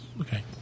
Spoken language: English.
Okay